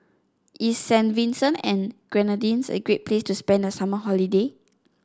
is Saint Vincent and the Grenadines a great place to spend the summer holiday